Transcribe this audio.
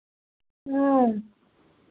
हाँ